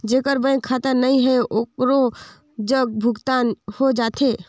जेकर बैंक खाता नहीं है ओकरो जग भुगतान हो जाथे?